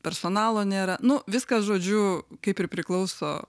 personalo nėra nu viskas žodžiu kaip ir priklauso